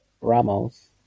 Ramos